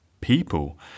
people